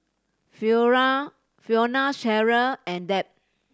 Fiona Fiona Cheryle and Deb